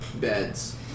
beds